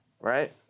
right